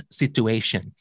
situation